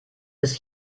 bis